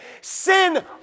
Sin